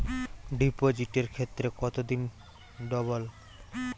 ডিপোজিটের ক্ষেত্রে কত দিনে ডবল?